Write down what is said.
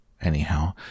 Anyhow